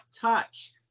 touch